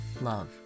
Love